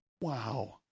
Wow